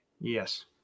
yes